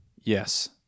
Yes